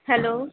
hello